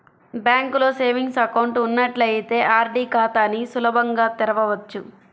బ్యాంకులో savings account ఉన్నట్లయితే RD ఖాతాని సులభంగా తెరవచ్చు